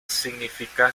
significa